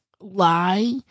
lie